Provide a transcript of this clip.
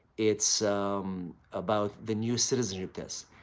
it's about the new citizenship test.